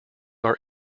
are